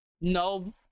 No